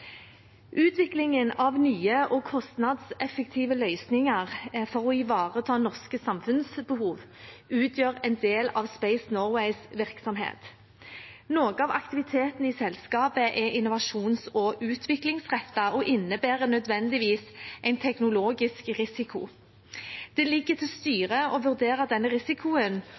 Utviklingen av nye og kostnadseffektive løsninger for å ivareta norske samfunnsbehov utgjør en del av Space Norways virksomhet. Noe av aktiviteten i selskapet er innovasjons- og utviklingsrettet og innebærer nødvendigvis en teknologisk risiko. Det ligger til styret å vurdere denne risikoen